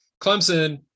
Clemson